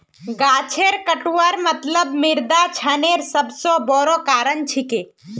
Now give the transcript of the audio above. गाछेर कटवार मतलब मृदा क्षरनेर सबस बोरो कारण छिके